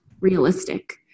realistic